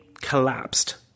collapsed